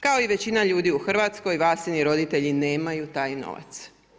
Kao i većina ljudi u Hrvatskoj, Vasini roditelji nemaju taj novac.